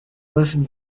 listen